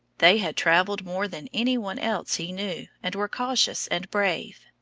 they had traveled more than any one else he knew, and were cautious and brave.